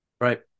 Right